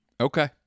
Okay